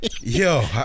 yo